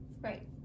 Right